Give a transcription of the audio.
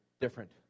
different